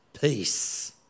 Peace